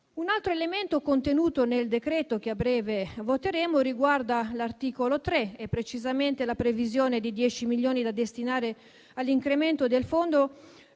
Un altro elemento contenuto nel decreto-legge che a breve voteremo riguarda l'articolo 3, e precisamente la previsione di 10 milioni da destinare all'incremento del Fondo